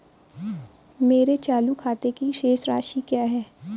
मेरे चालू खाते की शेष राशि क्या है?